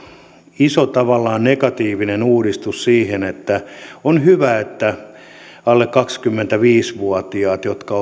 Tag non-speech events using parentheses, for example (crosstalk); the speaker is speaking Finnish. iso negatiivinen uudistus siinä on hyvä että alle kaksikymmentäviisi vuotiaat sellaiset jotka (unintelligible)